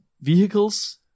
vehicles